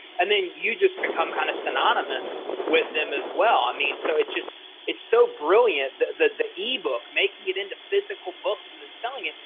and then you just become kind of synonymous with them as well. i mean so it's just it's so brilliant that the e-book making it into physical books and then selling it.